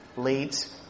leads